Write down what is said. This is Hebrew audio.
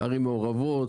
ערים מעורבות,